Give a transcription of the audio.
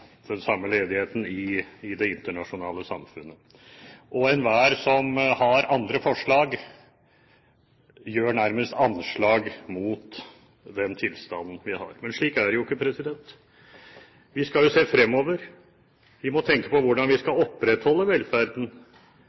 den samme ledigheten i det internasjonale samfunnet. Enhver som har andre forslag, gjør nærmest anslag mot den tilstanden vi har. Men slik er det ikke. Vi skal jo se fremover. Vi må tenke på hvordan vi skal opprettholde velferden,